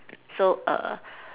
so err